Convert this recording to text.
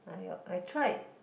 I I tried